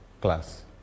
class